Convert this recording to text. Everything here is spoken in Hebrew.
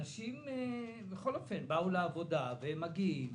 אנשים בכל אופן באו לעבודה, והם מגיעים,